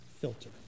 filter